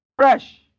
Fresh